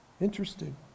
Interesting